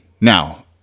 Now